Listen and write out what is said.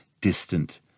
distant